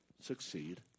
succeed